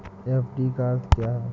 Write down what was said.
FD का अर्थ क्या है?